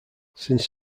since